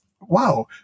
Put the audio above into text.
wow